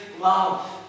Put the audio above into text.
love